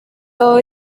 early